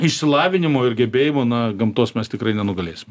išsilavinimo ir gebėjimo na gamtos mes tikrai nenugalėsim